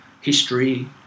history